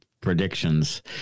predictions